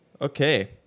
Okay